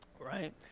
right